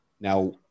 now